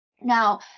Now